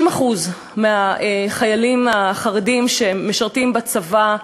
90% מהחיילים החרדים שמשרתים בצבא,